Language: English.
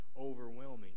overwhelming